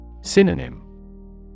Synonym